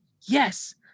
yes